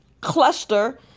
cluster